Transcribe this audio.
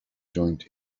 joint